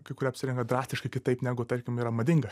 kai kurie apsirengę drastiškai kitaip negu tarkim yra madinga